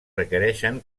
requereixen